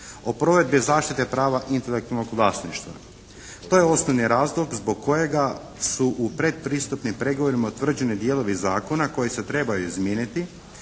provedbi i zaštiti prava intelektualnog vlasništva. To je osnovni razlog zbog kojega su u pretpristupnim pregovorima utvrđeni dijelovi zakona koji se trebaju izmijeniti